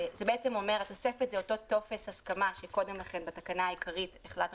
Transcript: התוספת זה אותו טופס הסכמה שבתקנה העיקרית החלטנו